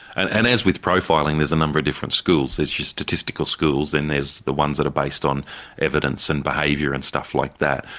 and and as with profiling there's a number of different schools there's just statistical schools and then there's the ones that are based on evidence and behaviour and stuff like that,